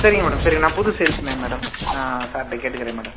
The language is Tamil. சரிங்க மேடம் சரி நான் புது சேல்ஸ் மேன் மேடம் நான் சார்கிட்ட கேட்டுக்குறேன் மேடம்